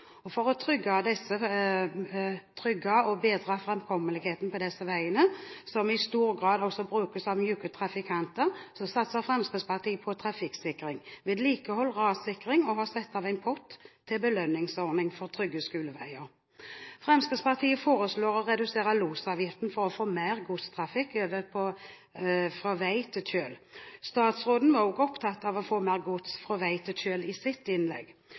For å trygge og bedre framkommeligheten på disse veiene som i stor grad også brukes av myke trafikanter, satser Fremskrittspartiet på trafikksikring, vedlikehold, rassikring, og har satt av en pott til belønningsordning for trygge skoleveier. Fremskrittspartiet foreslår å redusere losavgiften for å få mer godstrafikk over fra vei til kjøl. Statsråden var også i sitt innlegg opptatt av å få mer gods fra